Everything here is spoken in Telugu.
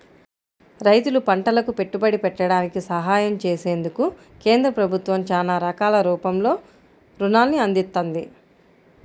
రైతులు పంటలకు పెట్టుబడి పెట్టడానికి సహాయం చేసేందుకు కేంద్ర ప్రభుత్వం చానా రకాల రూపంలో రుణాల్ని అందిత్తంది